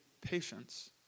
Patience